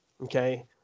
Okay